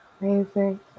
Amazing